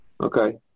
Okay